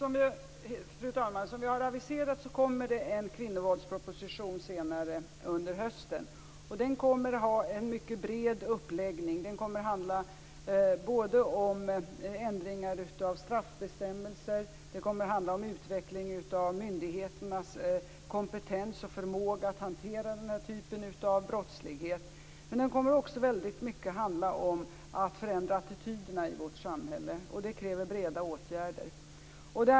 Fru talman! Som jag har aviserat kommer det att läggas fram en kvinnovåldsproposition senare under hösten. Den kommer att ha en mycket bred uppläggning. Den kommer att handla både om ändringar av straffbestämmelser och utveckling av myndigheternas kompetens och förmåga att hantera den här typen av brottslighet. Men den kommer också väldigt mycket att handla om att attityderna i vårt samhälle skall förändras. Det kräver breda åtgärder.